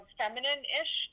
feminine-ish